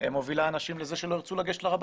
מובילה אנשים לזה שלא ירצו לגשת לרבנות,